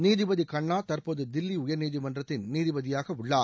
நீதிபதி கண்ணா தற்போது தில்லி உயர்நீதிமன்றத்தின் நீதிபதியாக உள்ளார்